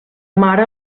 mare